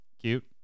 cute